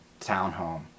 townhome